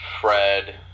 Fred